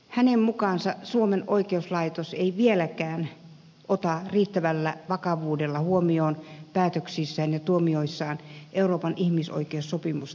hänen mukaansa suomen oikeuslaitos ei vieläkään ota riittävällä vakavuudella huomioon päätöksissään ja tuomioissaan euroopan ihmisoikeussopimusta